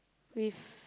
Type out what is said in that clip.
with